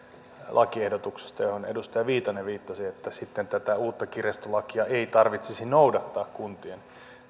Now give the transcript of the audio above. lakiehdotuksesta johon edustaja viitanen viittasi ja jonka mukaan sitten tätä uutta kirjastolakia ei tarvitsisi noudattaa kuntien